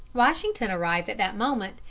washington arrived at that moment,